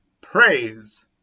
praise